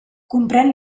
comprèn